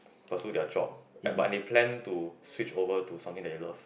pursue their job and but they plan to switch over to something that they love